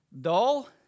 dull